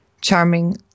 Charming